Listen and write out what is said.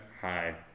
hi